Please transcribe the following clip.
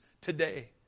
today